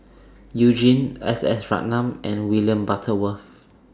YOU Jin S S Ratnam and William Butterworth